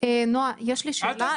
נעה יש לי שאלה אלייך.